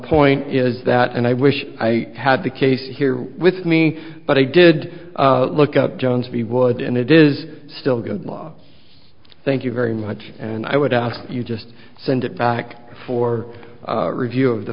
point is that and i wish i had the case here with me but i did look up jones we would and it is still good law thank you very much and i would ask you just send it back for a review of the